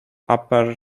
upper